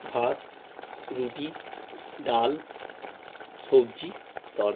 ভাত রুটি ডাল সবজি তরকা